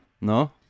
No